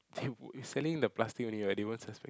dude you selling the plastics only [right] they won't suspect